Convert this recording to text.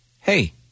hey